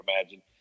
imagine